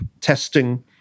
testing